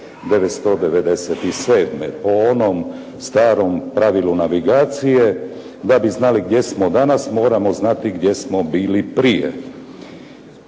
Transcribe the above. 1997. Po onom starom pravilu navigacije da bi znali gdje smo danas moramo znati gdje smo bili prije.